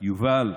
יובל,